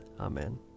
Amen